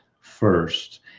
first